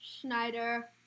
Schneider